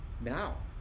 Now